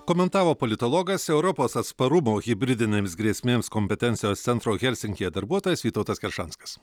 komentavo politologas europos atsparumo hibridinėms grėsmėms kompetencijos centro helsinkyje darbuotojas vytautas keršanskas